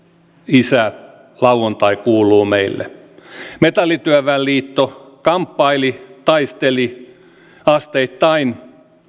isä lauantai kuuluu meille metallityöväen liitto kamppaili taisteli asteittain